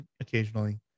occasionally